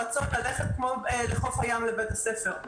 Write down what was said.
רצון ללכת לבית הספר כפי שהם לבושים לחוף הים,